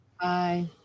bye